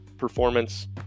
performance